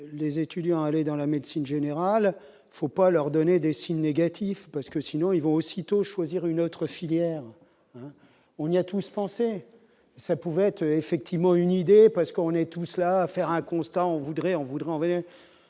les étudiants à aller dans la médecine générale, faut pas leur donner des si négatif parce que sinon ils vont aussitôt choisir une autre filière. On y a tous pensé, ça pouvait être effectivement une idée parce qu'on est tout cela va faire un constat on voudrait on voudrait